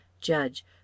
Judge